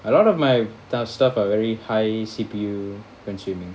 a lot of my tho~ stuff are very high C_P_U consuming